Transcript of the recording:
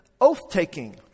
oath-taking